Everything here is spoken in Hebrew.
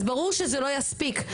אז ברור שזה לא יספיק,